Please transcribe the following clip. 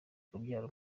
kubyara